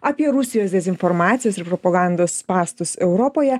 apie rusijos dezinformacijos ir propagandos spąstus europoje